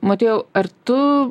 motiejau ar tu